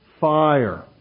fire